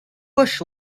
bush